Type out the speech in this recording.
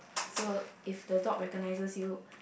so if the dog recognises you